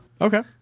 Okay